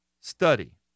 study